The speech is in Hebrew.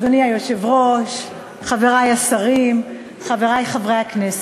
אדוני היושב-ראש, חברי השרים, חברי חברי הכנסת,